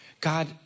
God